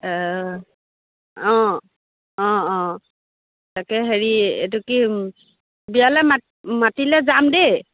অঁ অঁ তাকে হেৰি এইটো কি বিয়ালৈ মাত মাতিলে যাম দেই